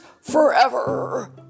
forever